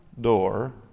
door